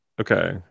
okay